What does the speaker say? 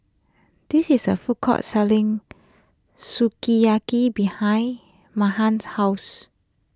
there is a food court selling Sukiyaki behind Meghann's house